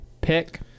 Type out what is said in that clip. pick